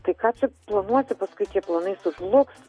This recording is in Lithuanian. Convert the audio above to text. tai ką čia planuosi paskui tie planai sužlugs